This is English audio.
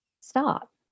stop